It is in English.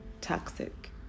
Toxic